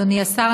אדוני השר,